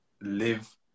live